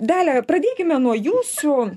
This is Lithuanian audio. dalia pradėkime nuo jūsų